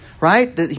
right